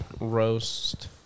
roast